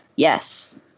Yes